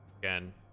Again